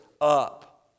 up